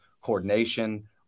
coordination